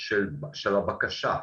של הבקשה,